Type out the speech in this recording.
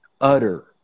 utter